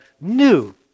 new